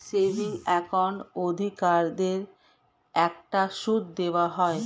savings অ্যাকাউন্টের অধিকারীদেরকে একটা সুদ দেওয়া হয়